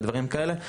ודברים כאלה.